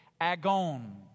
agon